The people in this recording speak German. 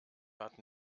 hat